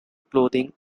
clothing